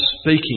speaking